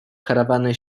karawany